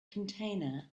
container